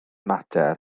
mater